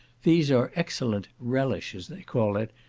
these are excellent relish, as they call it,